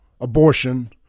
abortion